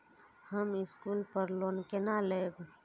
हम स्कूल पर लोन केना लैब?